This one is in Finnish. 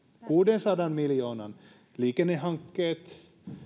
kuudensadan miljoonan liikennehankkeet